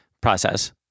process